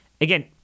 Again